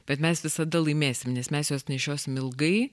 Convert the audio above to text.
bet mes visada laimėsim nes mes juos nešiosim ilgai